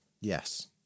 Yes